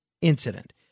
incident